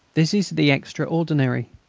this is the extraordinary,